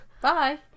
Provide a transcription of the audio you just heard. bye